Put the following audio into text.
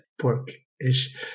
pork-ish